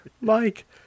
Mike